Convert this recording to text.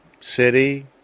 city